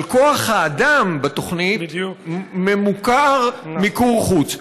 אבל כוח האדם בתוכנית ממוקר, מיקור חוץ.